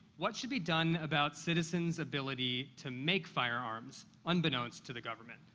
what should be done about citizens' ability to make firearms, unbeknownst to the government?